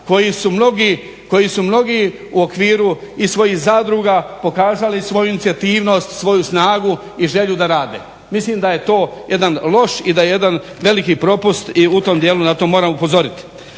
koji su mnogi u okviru i svojih zadruga pokazali svoju inicijativnost, svoju snagu i želju da rade. Mislim da je to jedan loš i da je jedan veliki propust i u tom dijelu na to moram upozoriti.